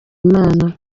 imana